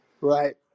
Right